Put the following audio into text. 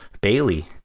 Bailey